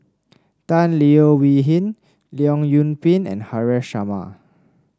Tan Leo Wee Hin Leong Yoon Pin and Haresh Sharma